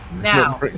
Now